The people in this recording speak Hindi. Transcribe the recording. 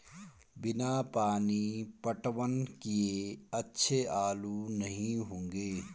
बिना पानी पटवन किए अच्छे आलू नही होंगे